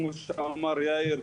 כמו שאמר יאיר,